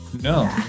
no